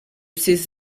ses